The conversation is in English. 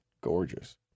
gorgeous